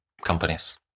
companies